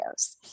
videos